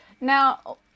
now